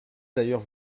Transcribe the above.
d’ailleurs